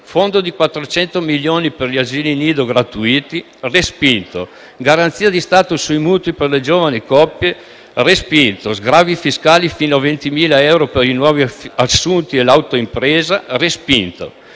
fondo di 400 milioni di euro per gli asili nido gratuiti: respinto; garanzia di Stato sui mutui per le giovani coppie: respinto; sgravi fiscali fino a 20.000 euro per i nuovi assunti e l'autoimpresa: respinto;